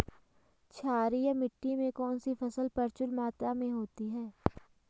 क्षारीय मिट्टी में कौन सी फसल प्रचुर मात्रा में होती है?